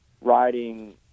riding